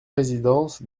résidence